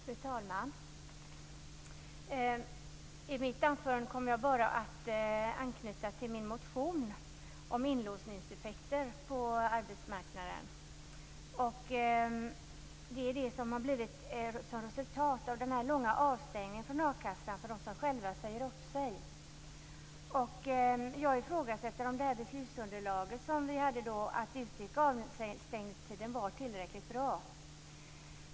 Fru talman! I mitt anförande kommer jag bara att anknyta till min motion om inlåsningseffekter på arbetsmarknaden. Det har blivit resultatet av den långa avstängningen från a-kassan för dem som själva säger upp sig. Jag ifrågasätter om det beslutsunderlag som vi hade för att utöka avstängningstiden var tillräckligt bra.